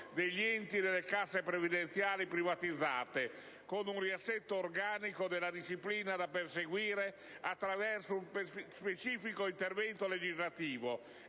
degli enti previdenziali privatizzati (con un riassetto organico della disciplina, da perseguire attraverso uno specifico intervento legislativo)